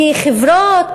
כי חברות שבונות,